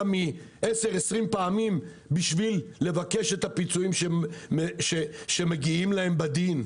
מ-20 פעמים כדי לבקש את הפיצויים שמגיעים להם בדין.